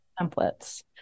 templates